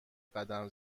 قدم